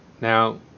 Now